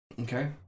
Okay